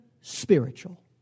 spiritual